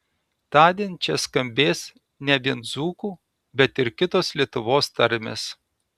tądien čia skambės ne vien dzūkų bet ir kitos lietuvos tarmės